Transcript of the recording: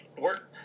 work